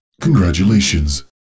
Congratulations